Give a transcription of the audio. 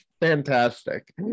fantastic